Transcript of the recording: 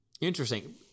Interesting